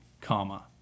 comma